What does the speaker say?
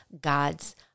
God's